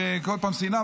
וכל פעם שנאה,